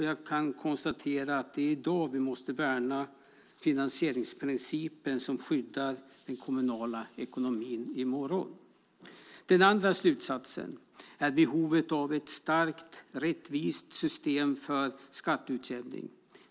Jag kan konstatera att det är i dag vi måste värna den finansieringsprincip som skyddar den kommunala ekonomin i morgon. Den andra slutsatsen är att det finns ett behov av ett starkt och rättvist system för skatteutjämning.